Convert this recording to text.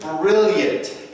brilliant